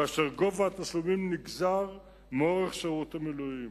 כאשר גובה התשלומים נגזר מאורך שירות המילואים.